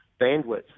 bandwidth